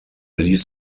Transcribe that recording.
ließ